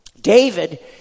David